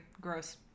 Gross